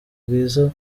bwiza